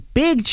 big